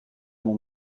mon